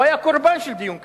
הוא היה קורבן של דיון כזה.